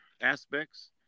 aspects